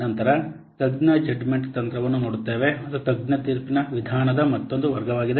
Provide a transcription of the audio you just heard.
ನಂತರ ತಜ್ಞ ಜಡ್ಜ್ಮೆಂಟ್ ತಂತ್ರವನ್ನು ನೋಡುತ್ತೇವೆ ಅದು ತಜ್ಞ ತೀರ್ಪಿನ ವಿಧಾನದ ಮತ್ತೊಂದು ವರ್ಗವಾಗಿದೆ